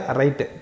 right